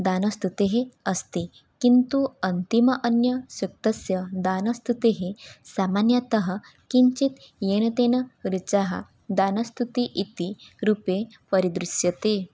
दानस्तुतेः अस्ति अन्तिमः अन्यसूक्तस्य दानस्तुतिः सामान्यतः किञ्चित् येन तेन ऋचः दानस्तुतिः इति रूपे परिदृश्यते